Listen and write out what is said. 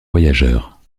voyageurs